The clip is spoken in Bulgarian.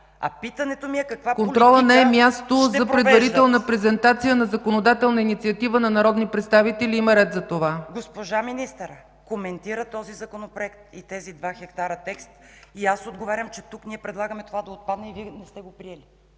а питането ми е каква... ПРЕДСЕДАТЕЛ ЦЕЦКА ЦАЧЕВА: Контролът не е място за предварителна презентация на законодателна инициатива на народни представители! Има ред за това. КОРНЕЛИЯ НИНОВА: Госпожа министърът коментира този Законопроект и тези два хектара и аз отговарям, че тук ние предлагаме това да отпадне – Вие не сте го приели.